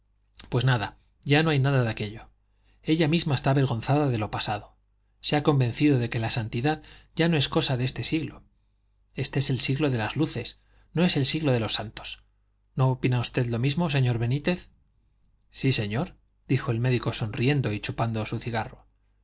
pues nada ya no hay nada de aquello ella misma está avergonzada de lo pasado se ha convencido de que la santidad ya no es cosa de este siglo este es el siglo de las luces no es el siglo de los santos no opina usted lo mismo señor benítez sí señor dijo el médico sonriendo y chupando su cigarro